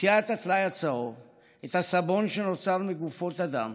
מוציאה את הטלאי הצהוב ואת הסבון שנוצר מגופות אדם